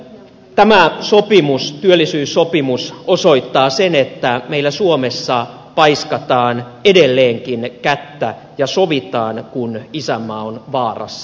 tämä työllisyyssopimus osoittaa sen että meillä suomessa paiskataan edelleenkin kättä ja sovitaan kun isänmaa on vaarassa